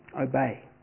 Obey